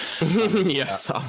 Yes